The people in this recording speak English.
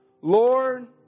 Lord